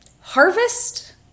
harvest